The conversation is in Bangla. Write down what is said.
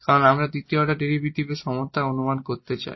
কারণ আমরা দ্বিতীয় অর্ডার ডেরিভেটিভের সমতা অনুমান করতে চাই